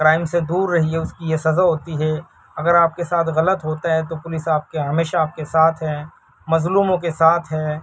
crime سے دور رہیے اس کی یہ سزا ہوتی ہے اگر آپ کے ساتھ غلط ہوتا ہے تو پولس آپ کے ہمیشہ آپ کے ساتھ ہے مظلوموں کے ساتھ ہے